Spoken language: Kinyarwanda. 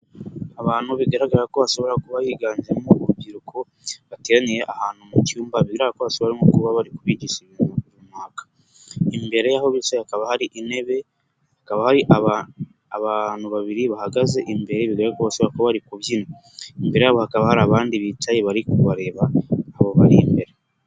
Abantu bigaragara ko bashobora kuba higanjemo urubyiruko bateraniye ahantu mu cyumba, bari kubigisha ibintu runaka, imbere yaho bicaye hakaba hari intebe hakaba hari abantu babiri bahagaze imbere, bose bakaba bari kubyina imbere yabo hakaba hari abandi bicaye bari kubareba, abo bari imbere.